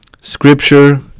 Scripture